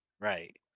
Right